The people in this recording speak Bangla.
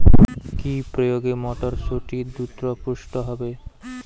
কি প্রয়োগে মটরসুটি দ্রুত পুষ্ট হবে?